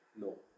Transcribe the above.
no